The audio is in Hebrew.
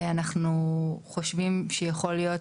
אנחנו חושבים שיכול להיות,